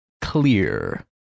Clear